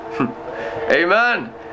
amen